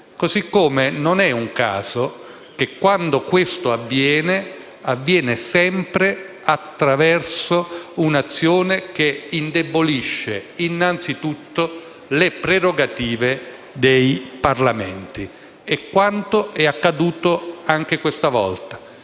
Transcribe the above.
Così come non è un caso che, quando questo accade, avviene sempre attraverso un'azione che indebolisce innanzitutto le prerogative dei Parlamenti. È accaduto anche questa volta.